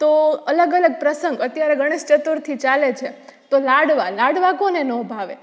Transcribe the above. તો અલગ અલગ પ્રસંગ અત્યારે ગણેશ ચતુર્થી ચાલે છે તો લાડવા લાડવા કોને નો ભાવે